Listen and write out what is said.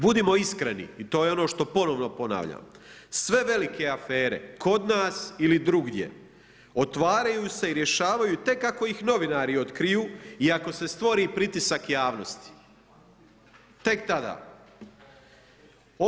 Budimo iskreni i to je ono što ponovno ponavljam, sve velike afere kod nas ili drugdje otvaraju se i rješavaju tek ako ih novinari otkriju i ako se stvori pritisak javnosti, tek tada.